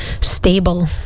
stable